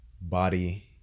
body